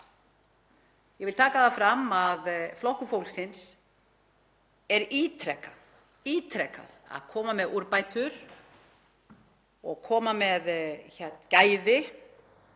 Ég vil taka það fram að Flokkur fólksins er ítrekað að koma með úrbætur og koma með gæði